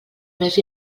més